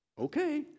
okay